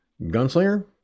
Gunslinger